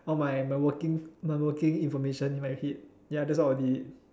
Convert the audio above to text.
or my my working my working information if I exit ya that's what I would delete